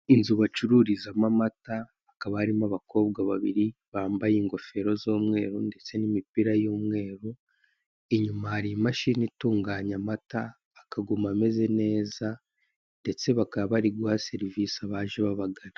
Inzu bacururizamo amata, hakaba harimo abakobwa babiri bambaye ingofero z'umweru imipira y'umweru, inyuma hari imashini zitunganya amata akaba ameze neza ndetse bari guha serivise abaje babagana.